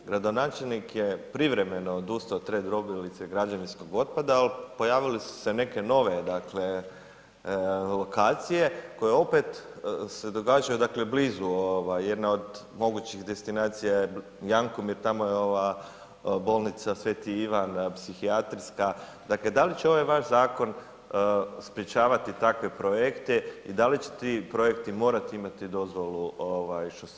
Gradonačelnik je privremeno odustao od te drobilice građevinskog otpada, ali pojavile su se neke nove dakle lokacije koje opet se događaju dakle blizu, jedna od mogućih destinacija je Jankomir, tamo je ova bolnica Sv. Ivan, psihijatrijska, dakle, da li će ovaj vaš zakon sprječavati takve projekte i da li će ti projekti morati imati dozvolu što se tiče toga?